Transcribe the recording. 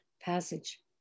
passage